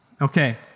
Okay